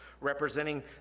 representing